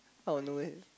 out of nowhere